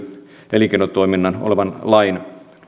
elinkeinotoiminnassa annetun lain alle